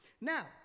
Now